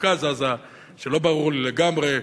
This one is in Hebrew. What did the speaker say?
במרכז עזה, לא ברור לי לגמרי.